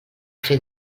fer